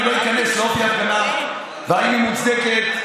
אני לא איכנס לאופי ההפגנה ואם היא מוצדקת,